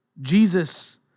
Jesus